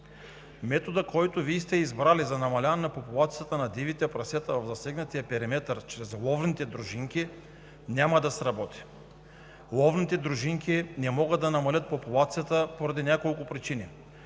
Методът, който Вие сте избрали за намаляване на популацията на дивите прасета в засегнатия периметър чрез ловните дружинки, няма да сработи. Ловните дружинки не могат да намалят популацията поради няколко причини.